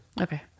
okay